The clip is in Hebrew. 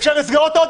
אפשר לסגור אותו?